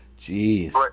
Jeez